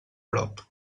prop